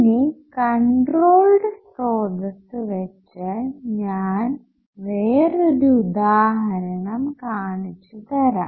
ഇനി കൺട്രോൾഡ് സ്രോതസ്സു വെച്ചു ഞാൻ വേറൊരു ഉദാഹരണം കാണിച്ചു തരാം